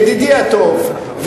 ידידי הטוב,